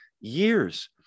years